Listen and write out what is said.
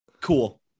cool